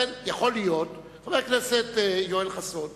לכן, יכול להיות, חבר הכנסת יואל חסון,